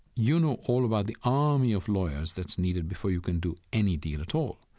you know all about the army of lawyers that's needed before you can do any deal at all.